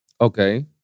Okay